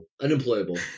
unemployable